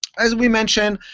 as we mentioned,